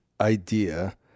idea